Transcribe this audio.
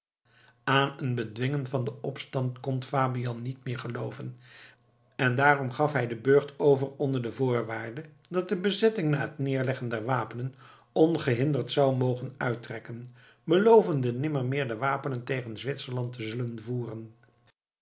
aan een bedwingen van den opstand kon fabian niet meer gelooven en daarom gaf hij den burcht over onder voorwaarde dat de bezetting na het neerleggen der wapenen ongehinderd zou mogen uittrekken belovende nimmermeer de wapenen tegen zwitserland te zullen voeren